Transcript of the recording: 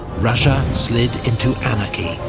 russia slid into anarchy,